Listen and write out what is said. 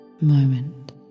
Moment